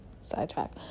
sidetrack